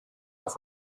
auf